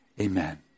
Amen